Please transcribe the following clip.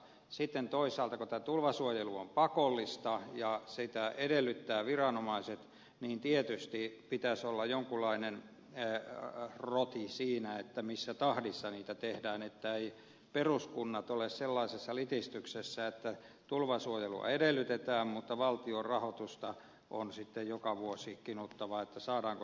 sitten toisaalta kun tämä tulvasuojelu on pakollista ja sitä edellyttävät viranomaiset niin tietysti pitäisi olla jonkunlainen roti siinä missä tahdissa niitä tehdään etteivät peruskunnat ole sellaisessa litistyksessä että tulvasuojelua edellytetään mutta valtion rahoitusta on sitten joka vuosi kinuttava että saadaanko sitä tehdä vai ei